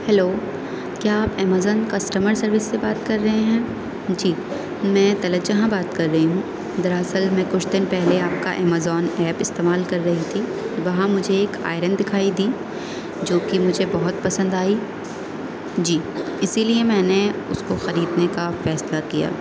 hello کیا آپ Amazon customer service سے بات کر رہے ہیں جی میں طلعت جہاں بات کر رہی ہوں دراصل میں کچھ دن پہلے آپ کا امیزون ایپ استعمال کر رہی تھی وہاں مجھے ایک آئرن دکھائی دی جو کہ مجھے بہت پسند آئی جی اسی لیے میں نے اس کو خریدنے کا فیصلہ کیا